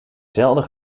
zelden